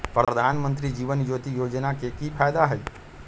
प्रधानमंत्री जीवन ज्योति योजना के की फायदा हई?